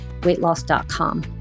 weightloss.com